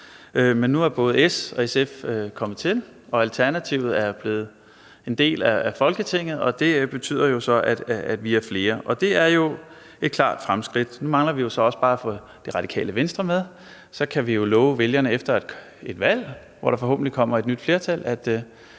Men nu er både S og SF kommet til, og Alternativet er blevet en del af Folketinget, og det betyder jo så, at vi er flere. Det er jo et klart fremskridt. Nu mangler vi så også bare at få Det Radikale Venstre med. Så kan vi jo love vælgerne efter et valg, hvor der forhåbentlig kommer et nyt flertal